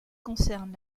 concerne